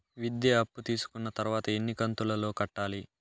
విద్య అప్పు తీసుకున్న తర్వాత ఎన్ని కంతుల లో కట్టాలి?